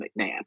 McNabb